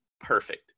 perfect